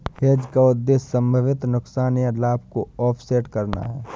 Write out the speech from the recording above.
hedge का उद्देश्य संभावित नुकसान या लाभ को ऑफसेट करना है